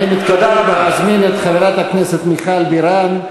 אני מתכבד להזמין את חברת הכנסת מיכל בירן,